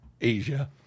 Asia